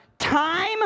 Time